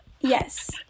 Yes